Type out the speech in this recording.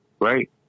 Right